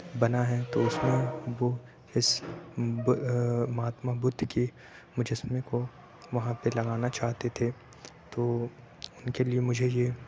بنا ہے تو اس میں وہ اس مہاتما بدھ کی مجسمے کو وہاں پہ لگانا چاہتے تھے تو ان کے لیے مجھے یہ